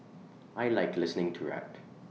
I Like listening to rap